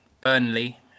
Burnley